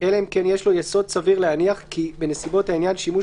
אלא אם כן יש לו יסוד סביר להניח כי בנסיבות העניין שימוש